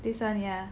this one ya